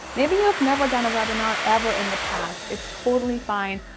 maybe you've never done a webinar ever in the past. it's totally fine.